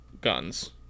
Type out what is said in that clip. guns